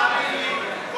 תאמין לי,